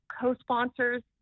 co-sponsors